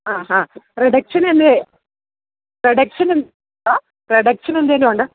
ആഹാ റിഡക്ഷനില്ലെ hello reduction എന്തെങ്കിലുമുണ്ടോ